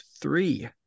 three